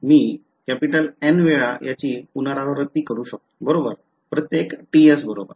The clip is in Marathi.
मी N वेळा याची पुनरावृत्ती करू शकतो प्रत्येक ts बरोबर